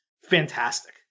fantastic